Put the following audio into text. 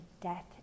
death